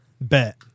Bet